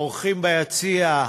האורחים ביציע,